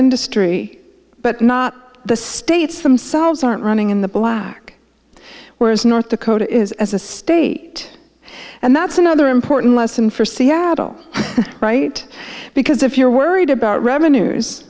industry but not the states themselves aren't running in the black whereas north dakota is as a state and that's another important lesson for seattle right because if you're worried about revenues